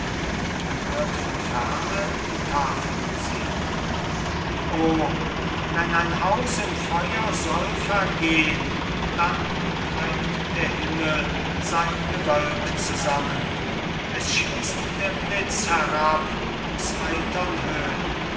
man hört von ferne die tafelmusik o wenn ein haus im feuer soll vergehn dann treibt der himmel sein gewölk zusammen es schießt der blitz herab aus heitern höhn